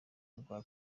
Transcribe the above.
urwa